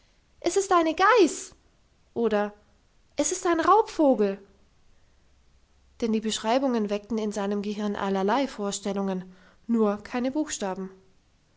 es ist eine geiß oder es ist ein raubvogel denn die beschreibungen weckten in seinem gehirn allerlei vorstellungen nur keine buchstaben